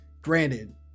granted